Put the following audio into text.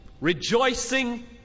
rejoicing